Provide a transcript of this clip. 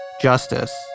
Justice